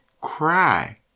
cry